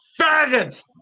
faggots